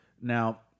Now